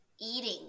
eating